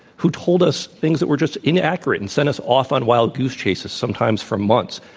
who told us things that were just inaccurate and sent us off on wild goose chases, sometimes for months,